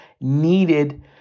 needed